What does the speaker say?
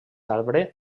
arbre